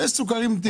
יש סוכרים טבעיים.